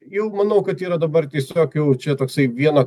jau manau kad yra dabar tiesiog jau čia toksai vieno